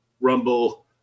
Rumble